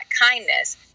kindness